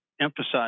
emphasize